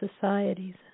societies